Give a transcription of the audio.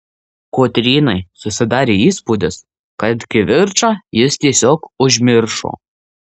kotrynai susidarė įspūdis kad kivirčą jis tiesiog užmiršo